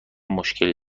مشکلی